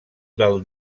del